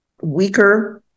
weaker